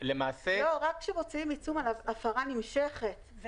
רק כשמוציאים עיצום על הפרה נמשכת.